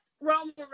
Roman